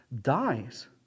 dies